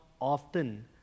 often